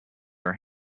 her